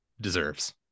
deserves